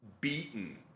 beaten